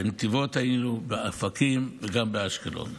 בנתיבות היינו, באופקים וגם באשקלון,